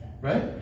Right